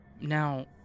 Now